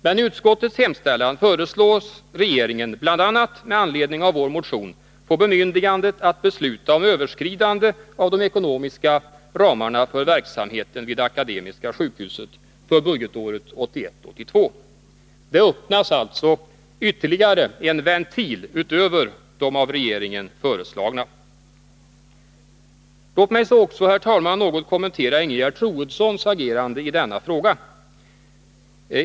Men i utskottets hemställan föreslås regeringen bl.a. med anledning av vår motion få bemyndigandet att besluta om överskridande av de ekonomiska ramarna för verksamheten vid Akademiska sjukhuset för budgetåret 1981/82. Det öppnas alltså en ventil utöver de av regeringen föreslagna. Låt mig också, herr talman, något kommentera Ingegerd Troedssons agerande i denna fråga.